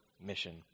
mission